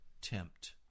tempt